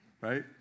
right